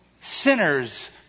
sinners